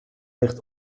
ligt